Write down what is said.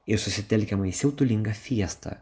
ir susitelkiama į siautulingą fiestą